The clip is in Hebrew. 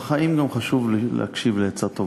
בחיים גם חשוב להקשיב לעצה טובה.